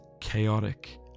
chaotic